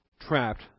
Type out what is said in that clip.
trapped